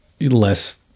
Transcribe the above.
less